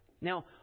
Now